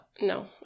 No